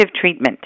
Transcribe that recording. treatment